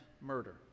murder